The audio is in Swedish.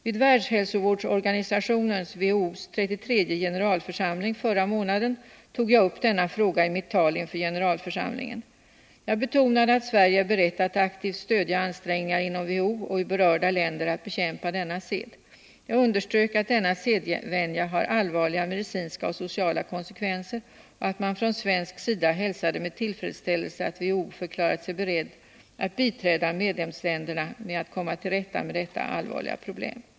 Vid Världshälsoorganisationens 33:e generalförsamling förra månaden tog jag upp denna fråga i mitt tal inför generalförsamlingen. Jag betonade att Sverige är berett att aktivt stödja ansträngningarna inom WHO och i berörda länder att bekämpa denna sed. Jag underströk att denna sedvänja har allvarliga medicinska och sociala konsekvenser och att man från svensk sida hälsade med tillfredsställelse att WHO förklarat sig beredd att biträda medlemsländerna med att komma till rätta med detta allvarliga problem.